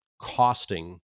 costing